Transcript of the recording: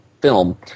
film